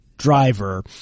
driver